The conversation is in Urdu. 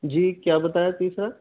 جی کیا بتایا تیسرا